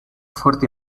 fuerte